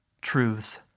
truths